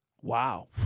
Wow